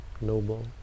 noble